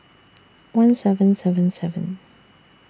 one seven seven seven